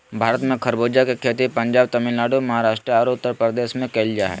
भारत में खरबूजा के खेती पंजाब, तमिलनाडु, महाराष्ट्र आरो उत्तरप्रदेश में कैल जा हई